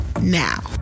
now